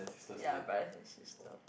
ya but his sister